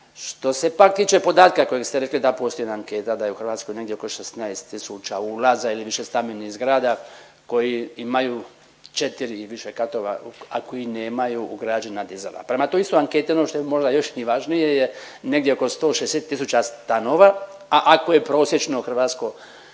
Što se pak tiče podatka kojeg ste rekli da postoji anketa da je u Hrvatskoj negdje oko 16 tisuća ulaza ili višestambenih zgrada koji imaju četiri i više katova, a koji nemaju ugrađena dizala. Prema toj istoj anketi ono što je možda još i važnije je je negdje oko 160 tisuća stanova, a ako je prosječno hrvatsko